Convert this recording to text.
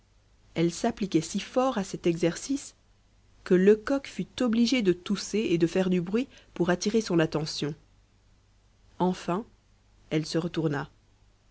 elle s'appliquait si fort à cet exercice que lecoq fut obligé de tousser et de faire du bruit pour attirer son attention enfin elle se retourna